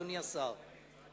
אדוני השר,